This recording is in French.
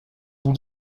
bout